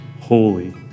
holy